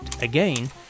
Again